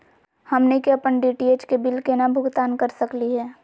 हमनी के अपन डी.टी.एच के बिल केना भुगतान कर सकली हे?